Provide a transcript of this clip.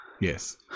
Yes